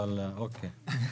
אבל אוקיי.